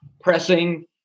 pressing